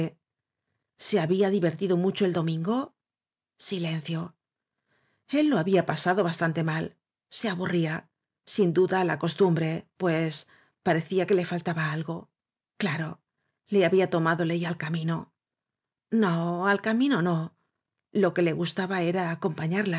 se había divertido mucho el domingo si lencio el lo había pasado bastante mal se aburría sin duda la costumbre pues pare cía que le faltaba algo claro le había tomado ley al camino no al camino no lo que le gustaba era acompañarla